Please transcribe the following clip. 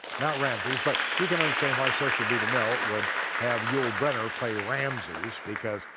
not ramesses, but you can understand why so cecil b. demille would have yul brynner play ramesses, because,